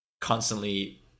constantly